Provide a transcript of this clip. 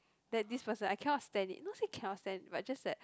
that this person I cannot stand it not say cannot stand but just that